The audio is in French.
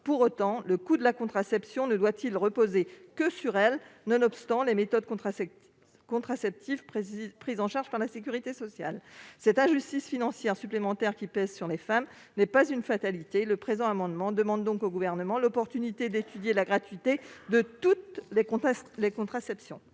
Cependant, le coût de la contraception ne doit-il reposer que sur elles, nonobstant les méthodes contraceptives prises en charge par la sécurité sociale ? Cette injustice financière supplémentaire qui pèse sur les épaules des femmes n'est pas une fatalité. Cet amendement vise donc à demander au Gouvernement l'opportunité d'étudier la gratuité de toutes les contraceptions.